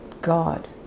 God